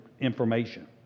Information